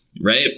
right